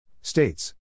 States